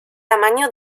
tamaño